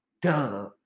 Duh